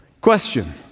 Question